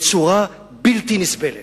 וזאת בצורה בלתי נסבלת.